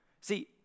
See